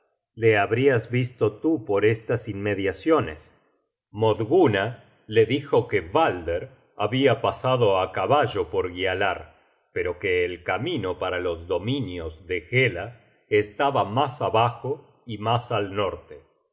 le habrias visto tú por estas inmediaciones modgunna le dijo que balder habia pasado á caballo por gialar pero que el camino para los dominios de hela estaba mas abajo y mas al norte